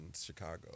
Chicago